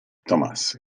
thomas